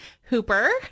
Hooper